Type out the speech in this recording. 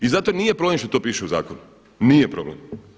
I zato nije problem što to piše u zakonu, nije problem.